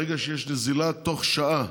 ברגע שיש נזילה, בתוך שעה